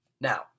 Now